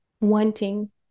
wanting